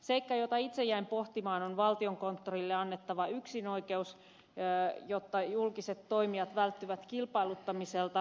seikka jota itse jäin pohtimaan on valtiokonttorille annettava yksinoikeus jotta julkiset toimijat välttyvät kilpailuttamiselta